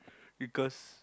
because